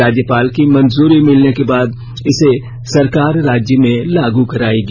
राज्यपाल की मंजूरी मिलने के बाद इसे सरकार राज्य में लागू कराएगी